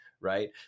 right